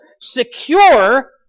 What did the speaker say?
secure